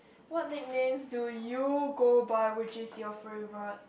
what nicknames do you go by which is your favourite